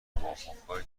توافقهای